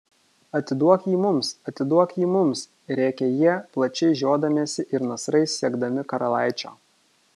atiduok jį mums atiduok jį mums rėkė jie plačiai žiodamiesi ir nasrais siekdami karalaičio